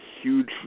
huge